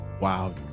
Wow